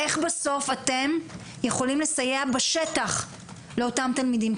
איך בסוף אתם יכולים לסייע בשטח לאותם תלמידים,